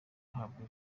guhabwa